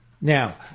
Now